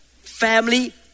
family